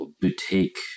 boutique